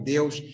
Deus